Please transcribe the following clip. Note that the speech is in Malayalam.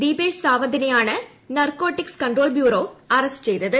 ദീപേഷ് സാവന്തിനെയാണ് നർകോട്ടിക്സ് കൺട്രോൾ ബ്യൂറോ അറസ്റ്റ് ചെയതത്